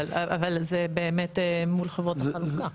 זה באמת מול חברות החלוקה.